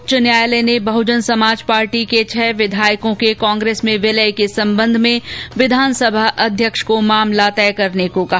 उच्च न्यायालय ने बहुजन समाज पार्टी के छह विधायकों के कांग्रेस में विलय के सम्बन्ध में विधानसभा अध्यक्ष को मामला तय करने को कहा